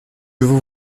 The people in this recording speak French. vous